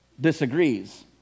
disagrees